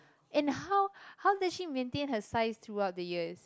and how how does she maintain her size throughout the years